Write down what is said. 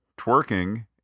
twerking